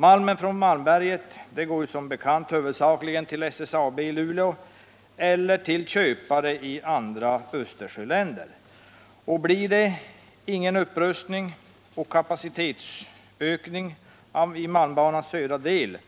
Malmen från Malmberget går som bekant huvudsakligen till SSAB i Luleå eller till köpare i andra Östersjöländer. Blir det ingen upprustning och kapacitetsökning på malmbanans södra del,